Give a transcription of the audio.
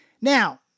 now